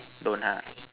don't ha